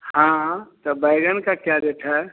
हाँ तो बैंगन का क्या रेट है